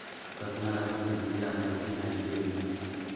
कतना रहर के बीजा हर भी हाईब्रिड मिलही?